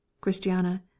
Christiana